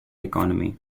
economy